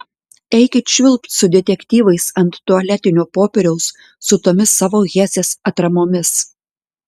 eikit švilpt su detektyvais ant tualetinio popieriaus su tomis savo hesės atramomis